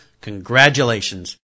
congratulations